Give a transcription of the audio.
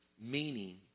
meaning